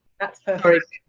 that's perfect.